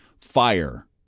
Fire